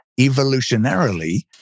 evolutionarily